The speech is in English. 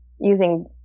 using